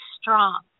strong